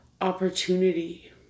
opportunity